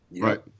Right